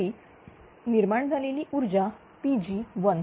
त्यावेळी निर्माण झालेली ऊर्जाPg1